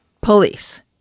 police